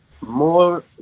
more